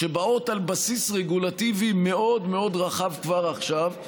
שבאות על בסיס רגולטיבי מאוד מאוד רחב כבר עכשיו,